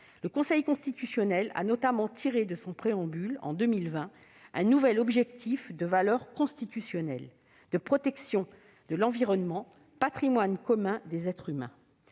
Le Conseil constitutionnel a notamment tiré de son préambule, en 2020, un nouvel objectif de valeur constitutionnelle de « protection de l'environnement, patrimoine commun des êtres humains